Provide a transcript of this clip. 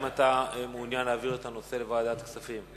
האם אתה מעוניין להעביר את הנושא לוועדת הכספים?